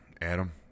Adam